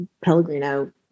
Pellegrino